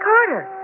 Carter